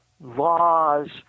laws